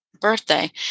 birthday